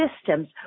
systems